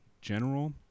general